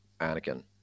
Anakin